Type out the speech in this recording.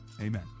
Amen